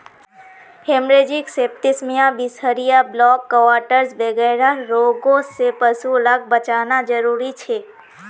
haemorrhagic septicaemia, बीसहरिया, black quarters वगैरह रोगों से पशु लाक बचाना ज़रूरी छे